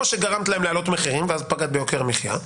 או שגרמת להם לעלות מחירים ואז פגעת ביוקר המחיה.